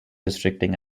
restricting